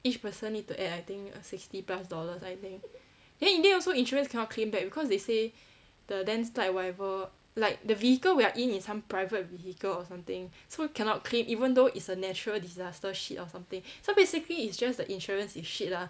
each person need to add I think sixty plus dollars I think then in the end also insurance cannot claim back because they say the landslide whatever like the vehicle we are in is some private vehicle or something so cannot claim even though it's a natural disaster shit or something so basically it's just the insurance is shit lah